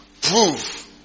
prove